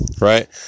Right